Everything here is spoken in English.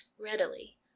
readily